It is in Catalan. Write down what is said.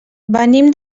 venim